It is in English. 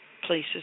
places